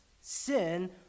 Sin